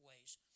ways